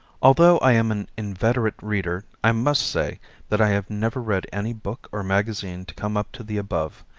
although i am an inveterate reader i must say that i have never read any book or magazine to come up to the above,